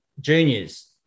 juniors